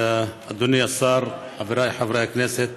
אדוני השר, חבריי חברי הכנסת,